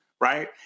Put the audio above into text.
right